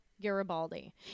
Garibaldi